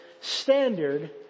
standard